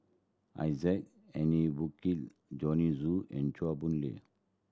Isaac Henry Burkill Joanne Soo and Chua Boon Lay